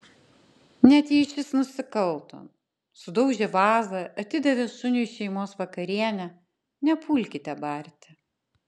net jei šis nusikalto sudaužė vazą atidavė šuniui šeimos vakarienę nepulkite barti